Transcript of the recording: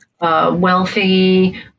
wealthy